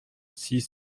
six